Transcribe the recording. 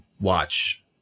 watch